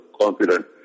confident